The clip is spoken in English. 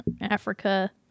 africa